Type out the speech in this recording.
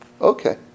Okay